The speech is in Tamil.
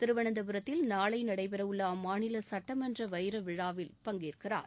திருவனந்தபுரத்தில் நாளை நடைபெற உள்ள அம்மாநில சட்டமன்ற வைர விழாவில் பங்கேற்கிறார்